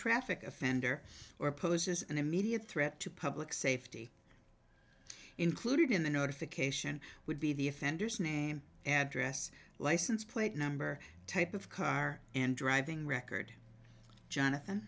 traffic offender or poses an immediate threat to public safety included in the notification would be the offenders name address license plate number type of car and driving record jonathan